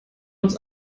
uns